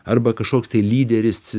arba kažkoks tai lyderis